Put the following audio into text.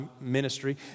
ministry